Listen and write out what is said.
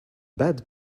bad